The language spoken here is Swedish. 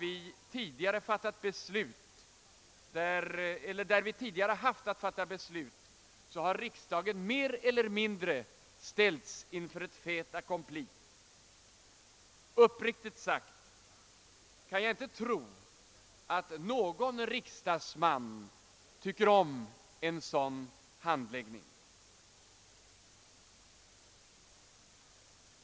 I flera fall där vi tidigare haft att fatta beslut har riksdagen mer eller mindre ställts inför ett fait accompli. Uppriktigt sagt kan jag inte tro att någon riksdagsman tycker om en sådan handläggning.